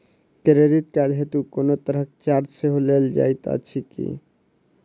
Credit card हेतु कोनो तरहक चार्ज सेहो लेल जाइत अछि की?